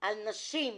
כלפי נשים.